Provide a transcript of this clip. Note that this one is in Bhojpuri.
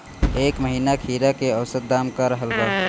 एह महीना खीरा के औसत दाम का रहल बा?